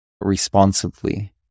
responsibly